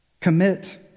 Commit